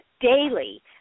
daily